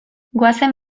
goazen